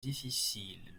difficile